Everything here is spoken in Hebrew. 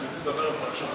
מצדי תדבר על פרשת